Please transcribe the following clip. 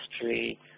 history